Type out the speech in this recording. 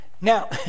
now